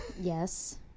Yes